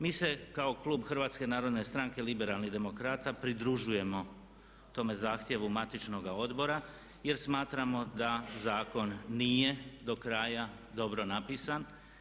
Mi se kao klub HNS-a liberalnih demokrata pridružujemo tome zahtjevu matičnoga odbora jer smatramo da zakon nije do kraja dobro napisan.